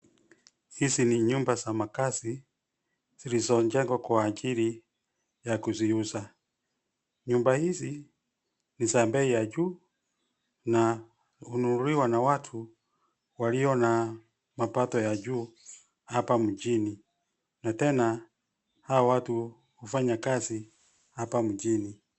Hizi ni nyumba za makaazi zilizojengwa kwa ajili ya kuziuza. Nyumba hizi ni za bei ya juu na hununuliwa na watu walio na mapato ya juu hapa mjini, na tena hawa watu hufanya kazi hapa mjini.